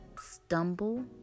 stumble